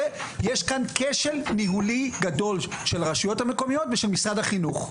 זה כשל ניהולי גדול של הרשויות המקומיות ושל משרד החינוך.